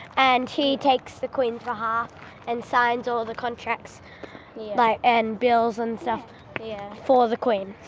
and he takes the queen's behalf and signs all the contracts but and bills and stuff for the queen.